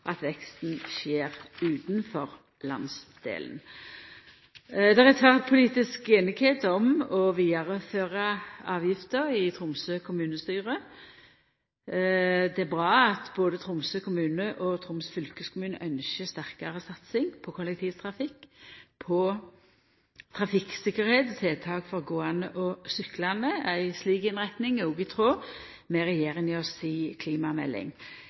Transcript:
at veksten skjer utanfor landsdelen. Det er tverrpolitisk einigheit om å vidareføra avgifta i Tromsø kommunestyre. Det er bra at både Tromsø kommune og Troms fylkeskommune ynskjer sterkare satsing på kollektivtrafikk, på trafikktryggleik og tiltak for gåande og syklande. Ei slik innretning er òg i tråd med regjeringa si klimamelding.